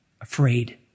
Afraid